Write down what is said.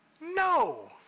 No